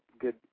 good